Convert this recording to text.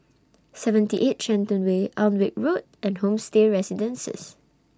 seventy eight Shenton Way Alnwick Road and Homestay Residences